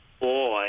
boy